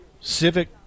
civic